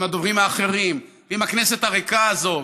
עם הדוברים האחרים ועם הכנסת הריקה הזאת.